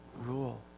rule